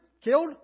killed